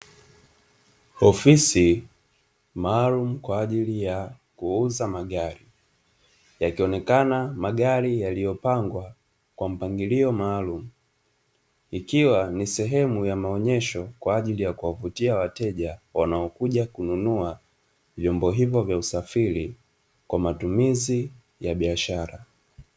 Ofisi malum ya kuuza magari yakionekana magari yaliyopangwa kwa mpangilio maalumu, ikiwa ni sehemu ya maonyesho kwa ajili ya kuwavutia wateja wanaokuja kununua vyombo hivyo vya usafiri kwa matumizi ya biashara.